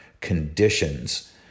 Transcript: conditions